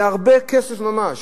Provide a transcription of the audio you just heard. זה הרבה כסף ממש.